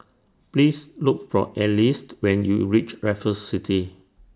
Please Look For Alize when YOU REACH Raffles City